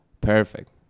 perfect